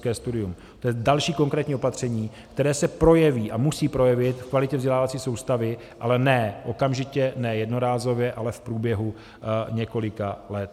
To je další konkrétní opatření, které se projeví a musí projevit v kvalitě vzdělávací soustavy, ale ne okamžitě, ne jednorázově, ale v průběhu několika let.